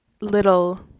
little